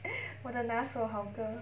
我的拿手好歌